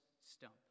stump